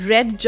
Red